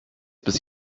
bis